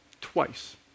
twice